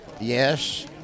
Yes